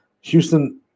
Houston